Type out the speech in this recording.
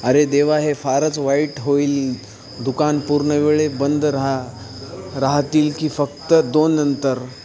अरे देवा हे फारच वाईट होईल दुकान पूर्ण वेळ बंद राहा राहतील की फक्त दोननंतर